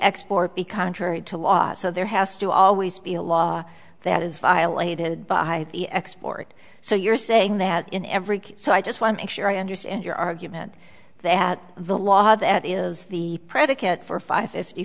export be contrary to law so there has to always be a law that is violated by the export so you're saying that in every case so i just wanna make sure i understand your argument that the law that is the predicate for five fifty